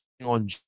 On